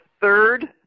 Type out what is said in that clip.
third